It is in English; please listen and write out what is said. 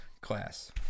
Class